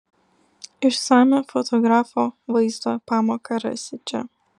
išsamią fotografo vaizdo pamoką rasi čia